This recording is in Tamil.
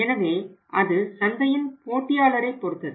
எனவே அது சந்தையின் போட்டியாளரை பொறுத்தது